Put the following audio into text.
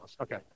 Okay